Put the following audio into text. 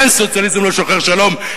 אין סוציאליזם לא שוחר שלום,